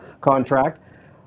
contract